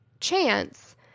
chance